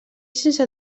sense